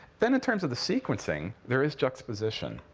then, in terms of the sequencing, there is juxtaposition,